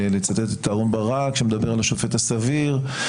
לצטט את אהרן ברק שמדבר על השופט הסביר,